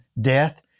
death